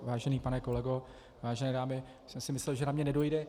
Vážený pane kolego, vážené dámy, myslel jsem, že na mě nedojde.